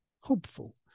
hopeful